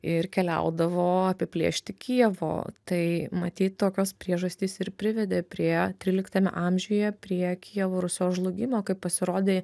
ir keliaudavo apiplėšti kijevo tai matyt tokios priežastys ir privedė prie tryliktame amžiuje prie kijevo rusios žlugimo kaip pasirodė